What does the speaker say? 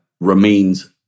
remains